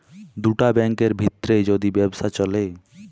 দুটা ব্যাংকের ভিত্রে যদি ব্যবসা চ্যলে